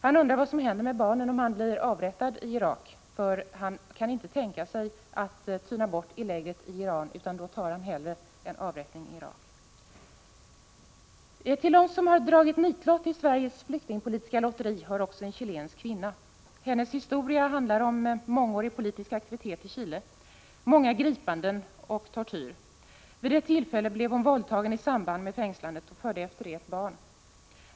Han undrar vad som händer med barnen om han blir avrättad i Irak, för han kan inte tänka sig att tyna bort i lägret i Iran, utan då tar han hellre en avrättning i Irak. Till dem som har dragit nitlott i Sveriges flyktingpolitiska lotteri hör också en chilensk kvinna. Hennes historia handlar om mångårig politisk aktivitet i Chile, många gripanden och tortyr. Vid ett tillfälle blev hon våldtagen i samband med fängslande och födde efter det ett barn.